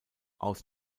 aus